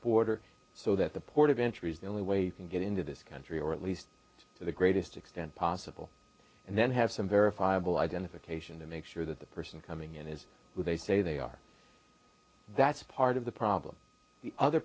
border so that the port of entry is the only way you can get into this country or at least to the greatest extent possible and then have some verifiable identification to make sure that the person coming in is who they say they are that's part of the problem the other